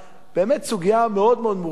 באמת סוגיה מאוד מורכבת.